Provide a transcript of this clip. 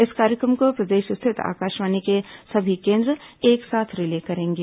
इस कार्यक्रम को प्रदेश स्थित आकाशवाणी के सभी केन्द्र एक साथ रिले करेंगे